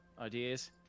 ideas